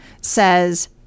says